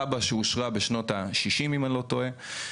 תב"ע שאושרה בשנות ה-60' אם אני לא טועה,